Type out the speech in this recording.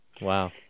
Wow